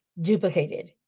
duplicated